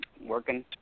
Working